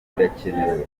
birakenewe